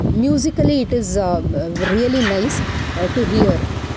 musically it is really nice two hear